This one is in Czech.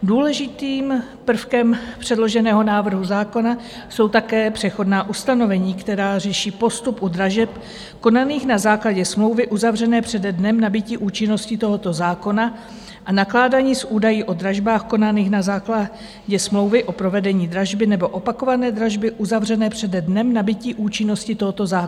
Důležitým prvkem předloženého návrhu zákona jsou také přechodná ustanovení, která řeší postup u dražeb konaných na základě smlouvy uzavřené přede dnem nabytí účinnosti tohoto zákona a nakládání s údaji o dražbách konaných na základě smlouvy o provedení dražby nebo opakované dražby uzavřené přede dnem nabytí účinnosti tohoto zákona.